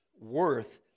worth